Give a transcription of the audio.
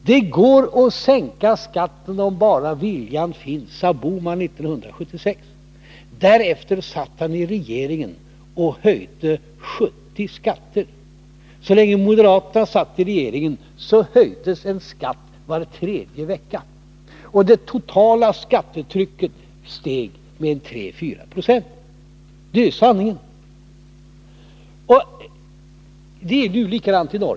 Det går att sänka skatten om bara viljan finns, sade herr Bohman 1976, men därefter satt han i regeringen och höjde 70 skatter. Så länge moderaterna satt i regeringen höjdes en skatt var tredje vecka, och det totala skattetrycket steg med 34 96. Detta är sanningen. Det är likadant i dag.